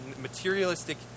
materialistic